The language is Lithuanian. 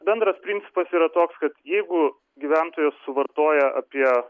bendras principas yra toks kad jeigu gyventojas suvartoja apie